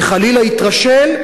וחלילה יתרשל,